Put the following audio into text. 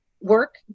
work